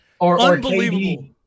Unbelievable